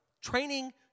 Training